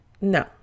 No